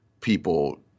people